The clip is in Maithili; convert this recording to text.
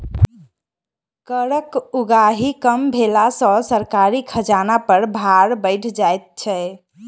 करक उगाही कम भेला सॅ सरकारी खजाना पर भार बढ़ि जाइत छै